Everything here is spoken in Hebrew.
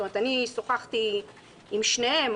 שוחחתי עם שניהם,